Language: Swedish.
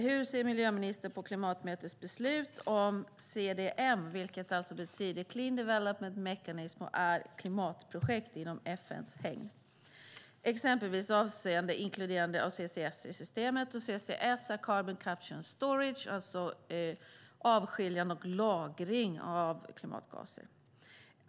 Hur ser miljöministern på klimatmötets beslut om CDM, vilket betyder clean development mechanism och är ett klimatprojekt inom FN:s hägn, exempelvis avseende inkluderande av CCS i systemet? CCS står för carbon capture and storage, alltså avskiljande och lagring av klimatgaser.